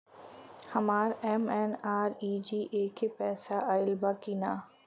हमार एम.एन.आर.ई.जी.ए के पैसा आइल बा कि ना?